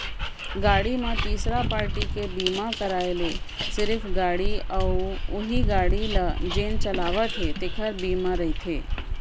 गाड़ी म तीसरा पारटी के बीमा कराय ले सिरिफ गाड़ी अउ उहीं गाड़ी ल जेन चलावत हे तेखर बीमा रहिथे